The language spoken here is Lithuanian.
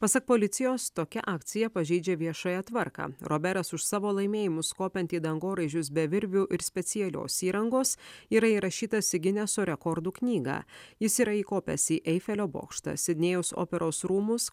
pasak policijos tokia akcija pažeidžia viešąją tvarką roberas už savo laimėjimus kopiant į dangoraižius be virvių ir specialios įrangos yra įrašytas į gineso rekordų knygą jis yra įkopęs į eifelio bokštą sidnėjaus operos rūmus